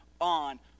on